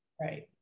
Right